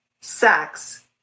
sex